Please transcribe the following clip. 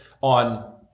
on